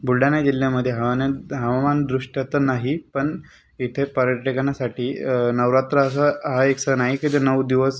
बुलढाणा जिल्ह्यामध्ये हवानन हवामान दृष्ट तर नाही पण इथे पर्यटकांना साठी नवरात्राचा हा एक सण आहे के जे नऊ दिवस